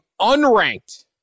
unranked